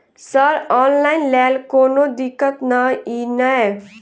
Sir online लैल कोनो दिक्कत न ई नै?